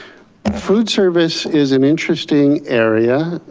food service is an interesting area.